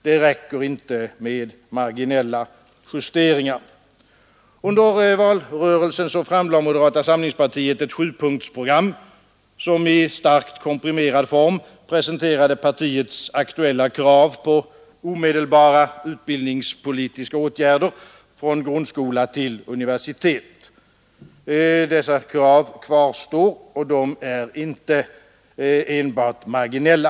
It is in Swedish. Det räcker inte med marginella justeringar. Under valrörelsen framlade moderata samlingspartiet ett sjupunktsprogram, som i starkt komprimerad form presenterade partiets aktuella krav på omedelbara utbildningspolitiska åtgärder från grundskolan till universitet. Dessa krav kvarstår, och de är inte enbart marginella.